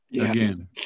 again